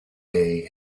hey